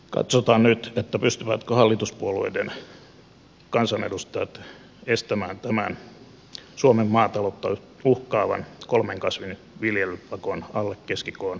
katsotaan nyt pystyvätkö hallituspuolueiden kansanedustajat estämään tämän suomen maataloutta uhkaavan kolmen kasvin viljelypakon alle keskikoon olevilta maatiloilta